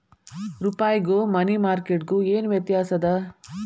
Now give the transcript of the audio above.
ರೂಪಾಯ್ಗು money market ಗು ಏನ್ ವ್ಯತ್ಯಾಸದ